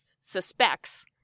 suspects